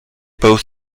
both